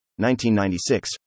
1996